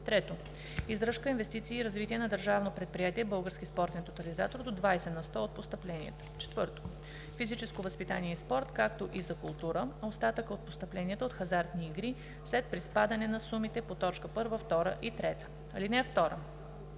3. издръжка, инвестиции и развитие на Държавно предприятие „Български спортен тотализатор“ – до 20 на сто от постъпленията; 4. физическо възпитание и спорт, както и за култура – остатъка от постъпленията от хазартните игри след приспадане на сумите по т. 1, 2 и 3. (2)